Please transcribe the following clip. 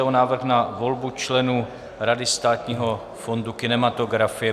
Návrh na volbu členů Rady Státního fondu kinematografie